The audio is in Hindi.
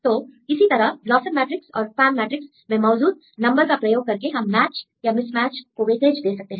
तो इसी तरह ब्लॉसम मैट्रिक्स और पाम मैट्रिक्स में मौजूद नंबर का प्रयोग करके हम मैच या मिस मैच को वेटेज दे सकते हैं